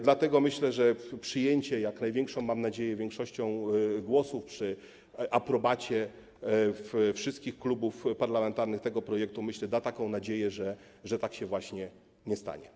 Dlatego myślę, że przyjęcie jak największą, mam nadzieję, liczbą głosów przy aprobacie wszystkich klubów parlamentarnych tego projektu da nadzieję, że tak się właśnie nie stanie.